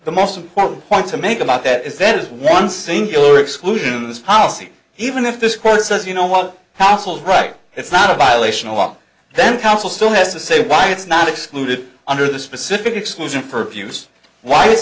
the most important point to make about that is that is one singular exclusion policy even if this court says you know what household right it's not a violation of law then counsel still has to say why it's not excluded under the specific exclusion for abuse why it's